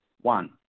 One